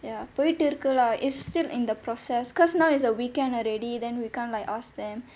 ya போயிட்டு இருக்கு:poyittu irukku lah it's still in the process because now is a weekend already then we can't like ask them